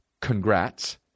congrats